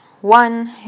One